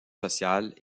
sociales